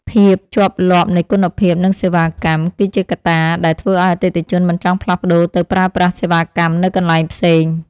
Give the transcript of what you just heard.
ភាពជាប់លាប់នៃគុណភាពនិងសេវាកម្ម គឺជាកត្តាដែលធ្វើឱ្យអតិថិជនមិនចង់ផ្លាស់ប្តូរទៅប្រើប្រាស់សេវាកម្មនៅកន្លែងផ្សេង។